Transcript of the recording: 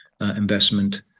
investment